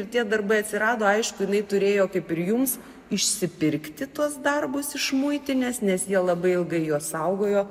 ir tie darbai atsirado aišku jinai turėjo kaip ir jums išsipirkti tuos darbus iš muitinės nes jie labai ilgai juos saugojo